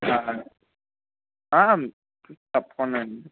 తప్పకుండా అండి